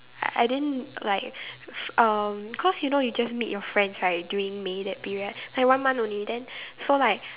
I I didn't like um cause you know you just meet your friends right during May that period like one month only then so like